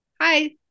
Hi